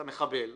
אתה מחבל,